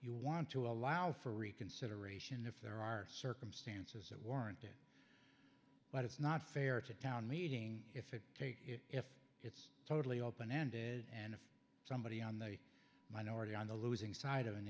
you want to allow for reconsideration if there are circumstances that warrant it but it's not fair to town meeting if it if it's totally open ended and if somebody on the minority on the losing side of an